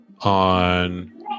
on